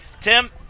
Tim